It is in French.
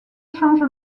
change